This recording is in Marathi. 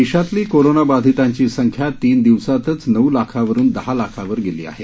देशातली कोरोनाबाधितांची संख्या तीन दिवसांतच नऊ लाखावरून दहा लाखावर गेली आहे